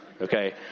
okay